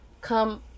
come